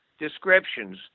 descriptions